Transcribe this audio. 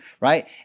right